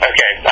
Okay